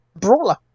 brawler